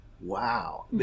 wow